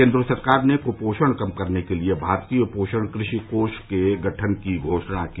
केन्द्र सरकार ने कूपोषण कम करने के लिये भारतीय पोषण कृषि कोष के गठन की घोषणा की